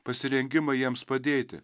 pasirengimą jiems padėti